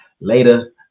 Later